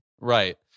Right